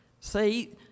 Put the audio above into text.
See